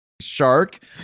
shark